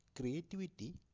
creativity